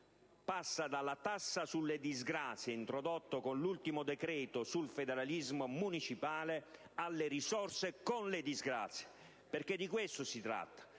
passando dalla tassa sulle disgrazie, introdotta con l'ultimo decreto sul federalismo municipale, alle risorse con le disgrazie, perché di questo si tratta.